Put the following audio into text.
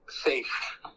safe